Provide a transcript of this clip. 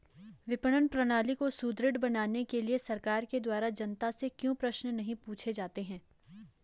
विपणन प्रणाली को सुदृढ़ बनाने के लिए सरकार के द्वारा जनता से क्यों प्रश्न नहीं पूछे जाते हैं?